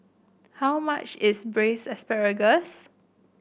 how much is Braised Asparagus